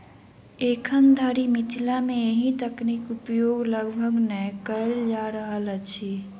एखन धरि मिथिला मे एहि तकनीक उपयोग लगभग नै कयल जा रहल अछि